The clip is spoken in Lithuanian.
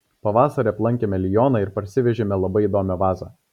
pavasarį aplankėme lioną ir parsivežėme labai įdomią vazą